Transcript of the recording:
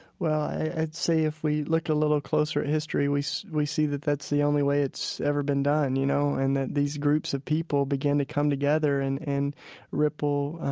well, i'd say if we looked a little closer at history, we see we see that that's the only way it's ever been done, you know, know, and that these groups of people begin to come together and and ripple